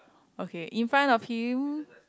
okay in front of him